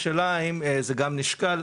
השאלה האם זה גם נשקל,